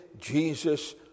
Jesus